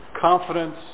confidence